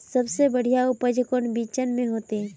सबसे बढ़िया उपज कौन बिचन में होते?